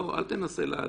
אל תנסה לענות.